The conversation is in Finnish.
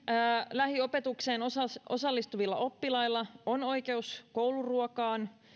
lähiopetukseen osallistuvilla oppilailla on oikeus kouluruokaan